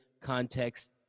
context